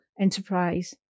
enterprise